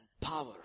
power